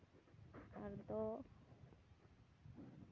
ᱟᱨ ᱫᱚ